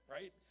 right